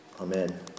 Amen